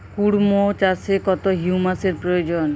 কুড়মো চাষে কত হিউমাসের প্রয়োজন?